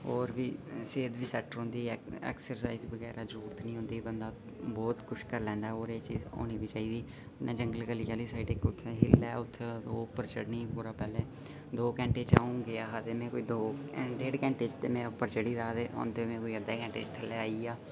और बी सेहत बी सैट्ट रौंह्दी ऐ एक्सरसाइज बगैरा दी जरूरत नीं होंदी बंदा बहुत कुछ करी लैंदा ऐ और एह् चीज होनी बी चाहिदी कन्नै जंगल गल्ली साईड इक ओह् हिल्ल ऐ उत्थै ओह् उप्पर चढ़ने कोला पैह्लै द'ऊं घैंटे च अ'ऊं गेआ हा ढेड घैंटे च उप्पर चढ़ी गेदा हा औंदे में कोई अद्धे घैंटे च थल्लै आइया